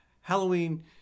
Halloween